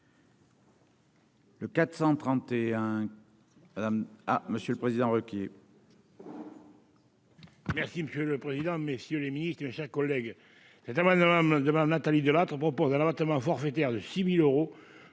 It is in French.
Le 431 à Monsieur le Président, Ruquier.